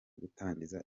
gutangiza